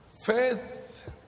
Faith